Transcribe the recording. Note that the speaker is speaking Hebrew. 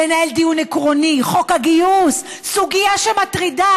לנהל דיון עקרוני, חוק הגיוס הוא סוגיה שמטרידה